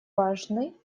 важный